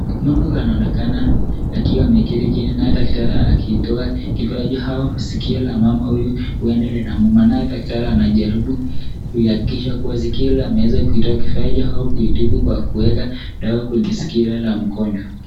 Mama huyu anaonekana akiwa ameketi chini naye daktari akitoa kifaji au sikio la mama huyu huenda linamuuma naye daktari anajaribu kuihakikisha kuwa sikio hilo ameweza kuitoa kifaa hicho au kuitibu kwa kuweka dawa kwenye siki hilo la mgonjwa.